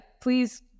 please